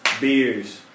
beers